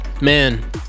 man